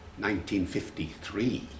1953